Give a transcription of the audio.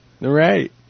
Right